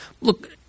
Look